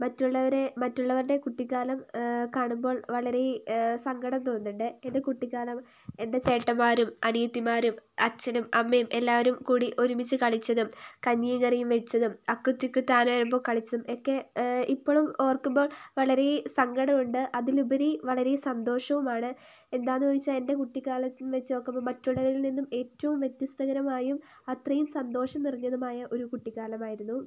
മറ്റുള്ളവരെ മറ്റുള്ളവരുടെ കുട്ടിക്കാലം കാണുമ്പോൾ വളരെ സങ്കടം തോന്നുന്നുണ്ട് എൻ്റെ കുട്ടിക്കാലം എൻ്റെ ചേട്ടന്മാരും അനിയത്തിമാരും അച്ഛനും അമ്മയും എല്ലാവരും കൂടി ഒരുമിച്ച് കളിച്ചതും കഞ്ഞിയും കറിയും വെച്ചതും അക്കുത്തിക്കുത്താന വരമ്പ് കളിച്ചും ഒക്കെ ഇപ്പോഴും ഓർക്കുമ്പോൾ വളരെ സങ്കടം ഉണ്ട് അതിലുപരി വളരെ സന്തോഷവുമാണ് എന്താണെന്നു ചോദിച്ചാൽ എൻ്റെ കുട്ടിക്കാലത്ത്ന്ന് വെച്ചു നോക്കുമ്പോൾ മറ്റുള്ളവരിൽ നിന്നും ഏറ്റവും വ്യത്യസ്തകരമായും അത്രയും സന്തോഷം നിറഞ്ഞതുമായ ഒരു കുട്ടിക്കാലമായിരുന്നു